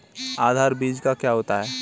आधार बीज क्या होता है?